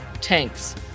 Tanks